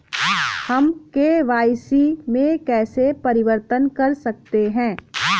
हम के.वाई.सी में कैसे परिवर्तन कर सकते हैं?